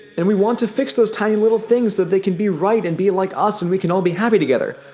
and we want to fix those tiny little things so they can be right and be like us and we can all be happy together,